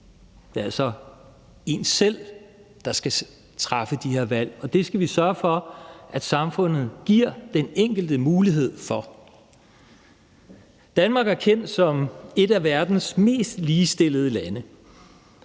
Det er altså en selv, der skal træffe de her valg, og det skal vi sørge for at samfundet giver den enkelte mulighed for. Danmark er kendt som et af verdens mest ligestillede lande,